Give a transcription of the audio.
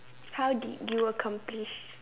how did you accomplish